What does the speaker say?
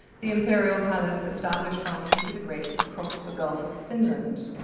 the imperial palace established by peter the great across the gulf of finland.